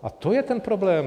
A to je ten problém.